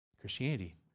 Christianity